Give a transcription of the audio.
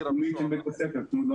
אני עוד לא